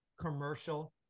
commercial